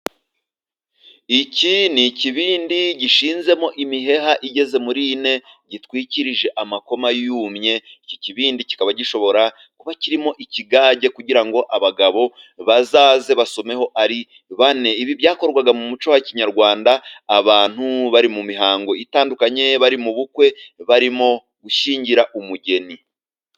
Iki ni ikibindi gishinzemo imiheha igeze muri ine, gitwikirije amakoma yumye iki kibindi kikaba gishobora kuba kirimo ikigage, kugira ngo abagabo bazaze basomeho ari bane. Ibi byakorwaga mu muco wa kinyarwanda, abantu bari mu mihango itandukanye bari mu bukwe, barimo gushyingira umugeni.